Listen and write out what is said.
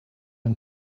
and